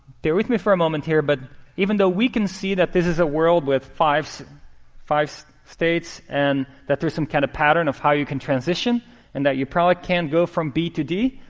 bear with me for a moment here. but even though we can see that this is a world with five so five so states and that there's some kind of pattern of how you can transition and that you probably can go from b to d,